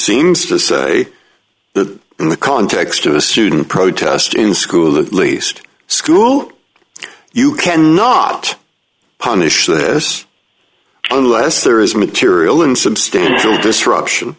seems to say in the context of the student protest in school at least schools you cannot punish unless there is material in substantial disruption